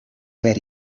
haver